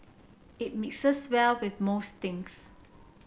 it mixes well with most things